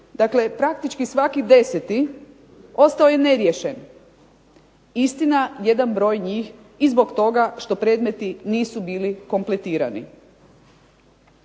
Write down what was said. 160 praktički svaki 10 ostao je ne riješen. Istina jedan broj njih i zbog toga što predmeti nisu bili kompletirani.